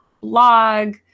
blog